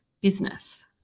business